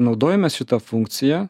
naudojamės šita funkcija